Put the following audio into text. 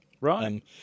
Right